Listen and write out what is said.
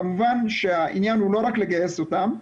כמובן שהעניין הוא לא רק לגייס אותם,